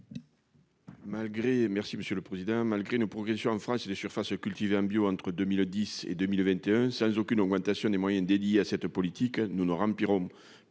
Monsieur le Président, malgré une progression en France et des surfaces cultivées en bio, entre 2010 et 2021 sans aucune augmentation des moyens dédiés à cette politique, nous ne rempliront pas